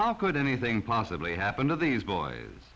how could anything possibly happen to these boys